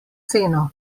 ceno